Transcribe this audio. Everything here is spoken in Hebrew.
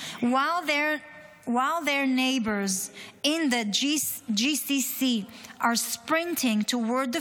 while their neighbors in the GCC are sprinting toward the